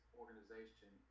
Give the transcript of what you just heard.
organization